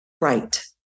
Right